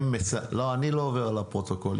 אני לא עובר על הפרוטוקול,